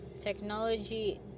Technology